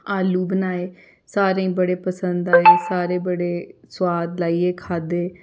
आलू बनाए सारें गी बड़े पसंद आए सारे बड़े सुआद लाइयै खाद्धे